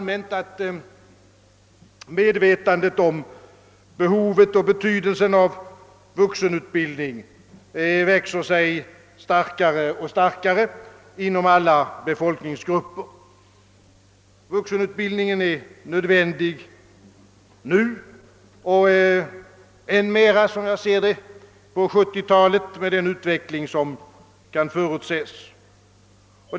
Medvetandet om behovet och betydelsen av vuxenutbildning växer sig allt starkare inom alla befolkningsgrupper. Vuxenutbildningen är nödvändig nu och blir det — med den utveckling som kan förutses — i än högre grad på 1970-talet.